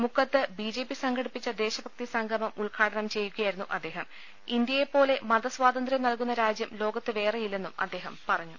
മുക്കത്ത് B J P സംഘടിപ്പിച്ച ദേശഭക്തി സംഗമം ഉദ്ഘാടനം ചെയ്യുകയായിരുന്നു അദ്ദേഹം ഇന്ത്യയെ പോലെ മത സ്വാതന്ത്ര്യം നൽകുന്ന രാജ്യം ലോകത്ത് വേറെയില്ലെന്നും അദ്ദേഹം പറഞ്ഞു